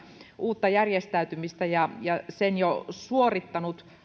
uutta järjestäytymistä ja ja sen jo suorittanut